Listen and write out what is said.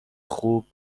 خوب